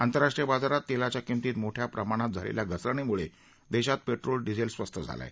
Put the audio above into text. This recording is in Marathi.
आंतरराष्ट्रीय बाजारात तेलाच्या किंमतीत मोठ्या प्रमाणात झालेल्या घसरणींमुळे देशात पेट्रोल डिझेल स्वस्त झाले आहे